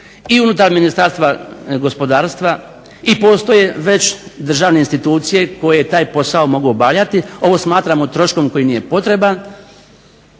i unutar Ministarstva gospodarstva i postoje već državne institucije koje taj posao mogu obavljati. Ovo smatramo troškom koji nije potreban,